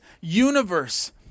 universe